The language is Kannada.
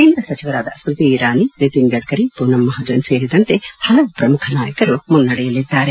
ಕೇಂದ್ರ ಸಚಿವರಾದ ಸ್ಕೃತಿ ಇರಾನಿ ನಿತಿನ್ ಗಡ್ಡರಿ ಪೂನಂ ಮಹಾಜನ್ ಸೇರಿದಂತೆ ಹಲವು ಪ್ರಮುಖ ನಾಯಕರು ಮುನ್ನಡೆಯಲ್ಲಿದ್ದಾರೆ